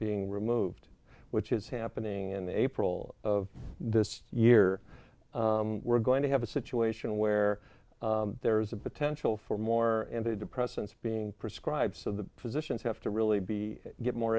being removed which is happening in april of this year we're going to have a situation where there is a potential for more and they depressants being prescribed so the physicians have to really be get more